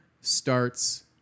starts